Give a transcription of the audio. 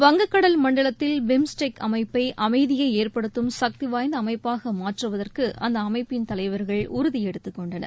வங்க கடல் மண்டலத்தில் பிம்ஸ்டெக் அமைப்பை அமைதியை ஏற்படுத்தும் சக்திவாய்ந்த அமைப்பாக மாற்றுவதற்கு அந்த அமைப்பின் தலைவர்கள் உறுதி எடுத்துக்கொண்டனர்